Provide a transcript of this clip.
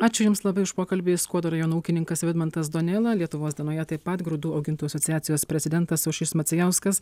ačiū jums labai už pokalbį skuodo rajono ūkininkas vidmantas duonėla lietuvos dienoje taip pat grūdų augintojų asociacijos prezidentas aušrys macijauskas